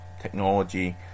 technology